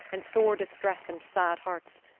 and sore distress, and sad hearts.